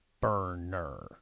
burner